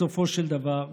בסופו של דבר,